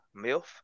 MILF